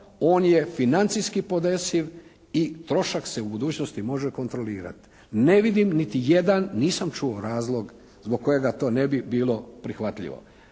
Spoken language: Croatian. On je financijski podesiv i trošak se u budućnosti može kontrolirati. Ne vidim niti jedan, nisam čuo razlog zbog kojega to ne bi bilo prihvatljivo.